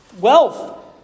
wealth